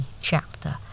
chapter